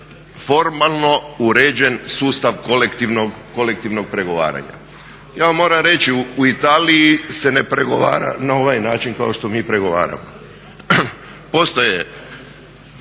formalno uređen sustav kolektivnog pregovaranja. Ja vam moram reći u Italiji se ne pregovara na ovaj način kao što mi pregovaramo. Postoje